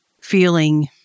feeling